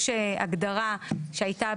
יש הגדרה שהייתה